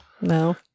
No